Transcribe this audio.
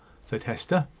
said hester.